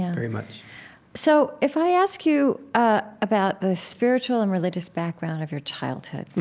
yeah very much so, if i ask you ah about the spiritual and religious background of your childhood,